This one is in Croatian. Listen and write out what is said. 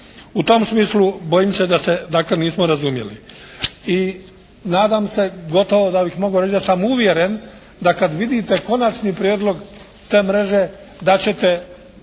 U tom smislu bojim se da se tako nismo razumjeli i nadam se, gotovo da bih mogao reći da sam uvjeren da kad vidite konačni prijedlog te mreže da ćete